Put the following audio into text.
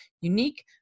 unique